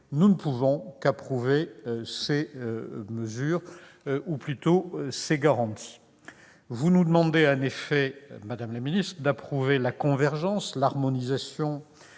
Nous ne pouvons qu'approuver ces mesures ou, plutôt, ces garanties. Vous nous demandez en effet, madame la ministre, d'approuver la convergence, l'harmonisation